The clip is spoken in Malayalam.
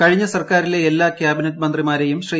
കഴിഞ്ഞ സർക്കാരിലെ എല്ലാ കാബിനറ്റ് മന്ത്രിമാരേയും ശ്രീ